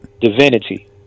divinity